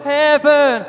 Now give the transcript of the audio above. heaven